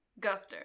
Guster